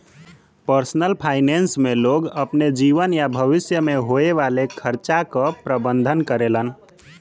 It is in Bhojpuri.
पर्सनल फाइनेंस में लोग अपने जीवन या भविष्य में होये वाले खर्चा क प्रबंधन करेलन